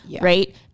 right